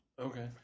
Okay